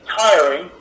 tiring